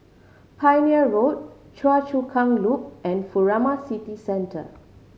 Pioneer Road Choa Chu Kang Loop and Furama City Centre